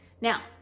now